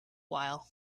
while